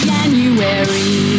January